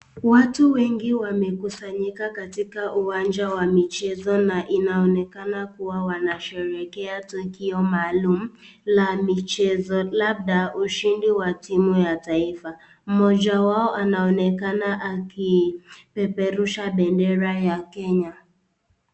Watu wengi wamekusanyika katika uwanja wa michezo na inaonekana kuwa wanasherehekea tukio maalum la michezo, labda ushindi wa timu ya taifa. Mmoja wao anaonekana akipeperusha bendera ya Kenya.